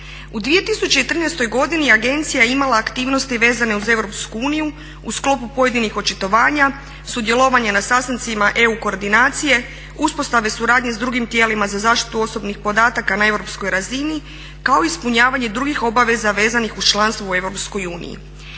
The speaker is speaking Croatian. U 2013. godini agencija je imala aktivnosti vezane uz EU u sklopu pojedinih očitovanja, sudjelovanja na sastancima EU koordinacije, uspostave suradnje s drugim tijelima za zaštitu osobnih podataka na europskoj razini kao i ispunjavanje drugih obaveza vezanih uz članstvo u EU.